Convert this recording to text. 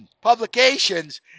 publications